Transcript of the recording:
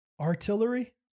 Artillery